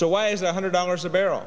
so why is one hundred dollars a barrel